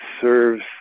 serves